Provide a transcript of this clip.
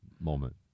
moment